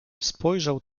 spojrzał